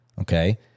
okay